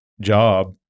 job